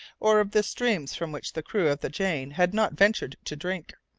or of the streams from which the crew of the jane had not ventured to drink.